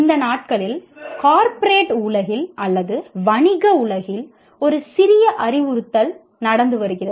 இந்த நாட்களில் கார்ப்பரேட் உலகில் அல்லது வணிக உலகில் ஒரு சிறிய அறிவுறுத்தல் நடந்து வருகிறது